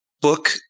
book